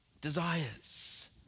desires